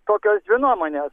tokios dvi nuomonės